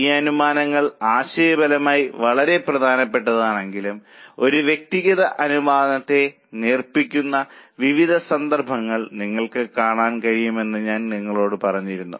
ഈ അനുമാനങ്ങൾ ആശയപരമായി വളരെ പ്രധാനപ്പെട്ടതാണെങ്കിലും ഒരു വ്യക്തിഗത അനുമാനത്തെ നേർപ്പിക്കുന്ന വിവിധ സന്ദർഭങ്ങൾ നിങ്ങൾക്ക് കാണാൻ കഴിയുമെന്ന് ഞാൻ നിങ്ങളോട് പറഞ്ഞിരുന്നു